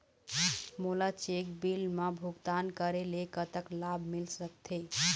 मोला cheque bill मा भुगतान करेले कतक लाभ मिल सकथे?